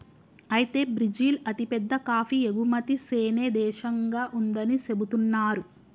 అయితే బ్రిజిల్ అతిపెద్ద కాఫీ ఎగుమతి సేనే దేశంగా ఉందని సెబుతున్నారు